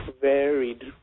varied